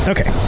Okay